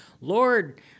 Lord